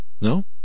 no